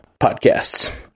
podcasts